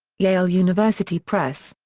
yale university press.